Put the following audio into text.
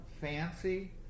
fancy